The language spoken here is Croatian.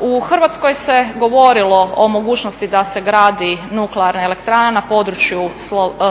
U Hrvatskoj se govorilo o mogućnosti da se gradi nuklearna elektrana na području